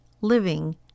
living